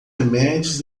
remédios